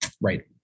Right